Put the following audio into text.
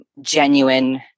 genuine